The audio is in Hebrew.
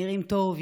נראים טוב,